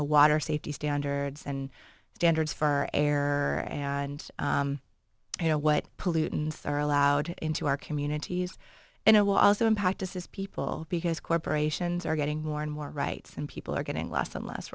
know water safety standards and standards for air and you know what pollutants are allowed into our communities and it will also impact us as people because corporations are getting more and more rights and people are getting less and less